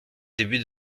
début